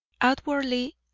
outwardly